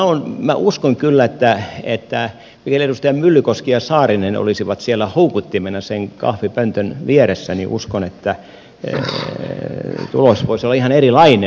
no minä uskon kyllä että jos vielä edustajat myllykoski ja saarinen olisivat siellä houkuttimina sen kahvipöntön vieressä niin tulos voisi olla ihan erilainen